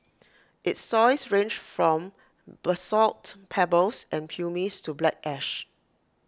its soils range from basalt pebbles and pumice to black ash